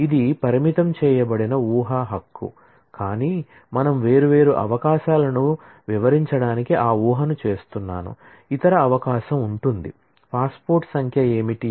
ఇది పరిమితం చేయబడిన వూహ హక్కు కానీ మనం వేర్వేరు అవకాశాలను వివరించడానికి ఆ వూహను చేస్తున్నాను ఇతర అవకాశం ఉంటుంది పాస్పోర్ట్ సంఖ్య ఏమిటి